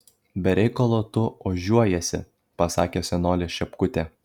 be reikalo tu ožiuojiesi pasakė senolė šepkutė